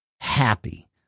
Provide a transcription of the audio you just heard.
happy